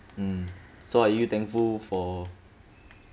mm so are you thankful for